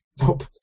Nope